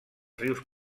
rius